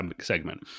segment